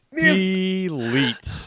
Delete